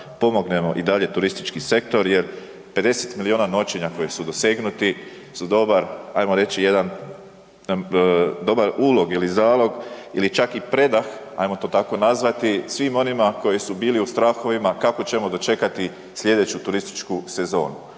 pomognemo i dalje turistički sektor jer 50 milijuna noćenja koji su dosegnuti su dobar ajmo reći jedan, dobar ulog ili zalog ili čak i predah, ajmo to tako nazvati, svima onima koji su bili u strahovima kako ćemo dočekati sljedeću turističku sezonu.